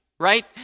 Right